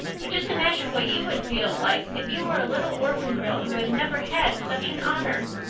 but just imagine what you would feel like if you were a little orphan girl who had never had such an honor.